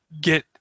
get